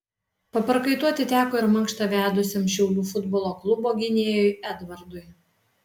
paprakaituoti teko ir mankštą vedusiam šiaulių futbolo klubo gynėjui edvardui